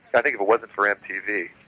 i think if it wasn't for mtv,